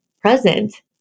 present